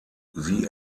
sie